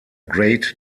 great